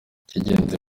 ikingenzi